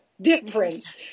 difference